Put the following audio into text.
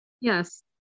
yes